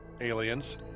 aliens